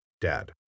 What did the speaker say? Dad